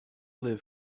liv